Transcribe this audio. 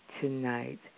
tonight